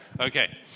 Okay